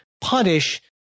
punish